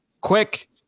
Quick